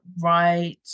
right